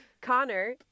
Connor